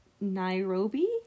Nairobi